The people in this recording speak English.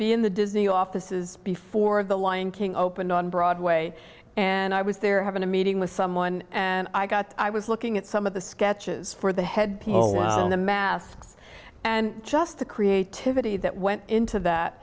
be in the disney offices before the lion king opened on broadway and i was there having a meeting with someone and i got i was looking at some of the sketches for the head of the masks and just the creativity that went into that